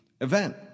Event